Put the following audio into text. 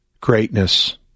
greatness